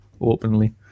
openly